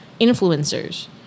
influencers